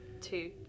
two